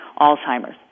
Alzheimer's